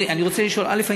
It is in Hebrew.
אני רוצה לשאול: א.